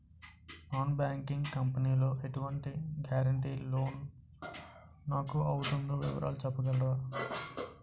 Non banking company లో ఎటువంటి guarantee loan నాకు అవుతుందో వివరాలు చెప్పగలరా?